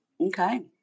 Okay